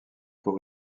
pour